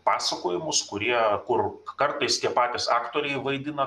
pasakojimus kurie kur kartais tie patys aktoriai vaidina